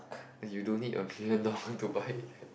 and you don't need a million dollar to buy like